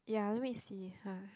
yeah let me see uh